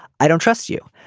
i don't trust you.